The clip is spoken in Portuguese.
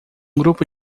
grupo